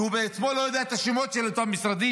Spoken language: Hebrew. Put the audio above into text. כי הוא בעצמו לא יודע את השמות של אותם משרדים,